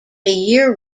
year